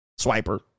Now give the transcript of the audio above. swiper